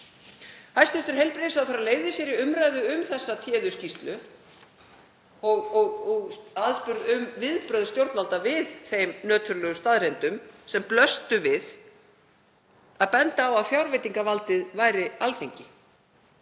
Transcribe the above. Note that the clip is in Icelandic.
Hæstv. heilbrigðisráðherra leyfði sér í umræðu um þessa téðu skýrslu, spurð um viðbrögð stjórnvalda við þeim nöturlegu staðreyndum sem blöstu við, að benda á að fjárveitingavaldið væri Alþingi